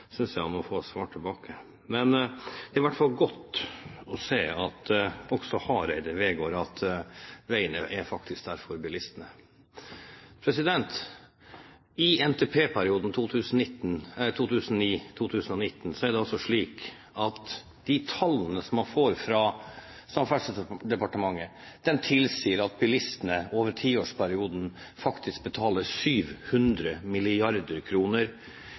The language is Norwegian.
synes jeg han må få svar tilbake. Men det er i hvert fall godt å se at også Hareide vedgår at veiene faktisk er der for bilistene. I NTP-perioden 2009–2019 er det altså slik at de tallene vi får fra Samferdselsdepartementet, tilsier at bilistene over tiårsperioden faktisk betaler 700